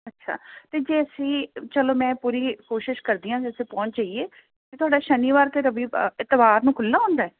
ਅੱਛਾ ਤੇ ਜੇ ਅਸੀਂ ਚਲੋ ਮੈਂ ਪੂਰੀ ਕੋਸ਼ਿਸ਼ ਕਰਦੀ ਆ ਜੈਸੇ ਪਹੁੰਚ ਜਾਈਏ ਤੁਹਾਡਾ ਸ਼ਨੀਵਾਰ ਤੇ ਰਵੀ ਇਤਵਾਰ ਨੂੰ ਖੁੱਲਾ ਹੁੰਦਾ